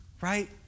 Right